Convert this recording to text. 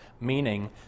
meaning